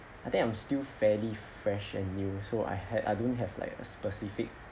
I think I'm still fairly fresh and new so I had I don't have like a specific